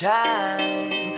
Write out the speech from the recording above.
time